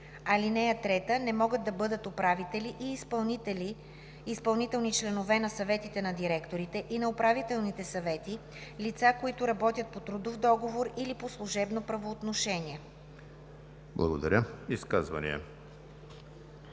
(3) Не могат да бъдат управители и изпълнителни членове на съветите на директорите и на управителните съвети лица, които работят по трудов договор или по служебно правоотношение.“